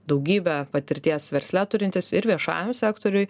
daugybę patirties versle turintis ir viešajam sektoriui